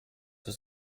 does